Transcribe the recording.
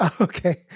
Okay